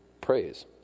praise